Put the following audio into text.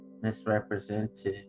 misrepresented